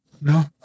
No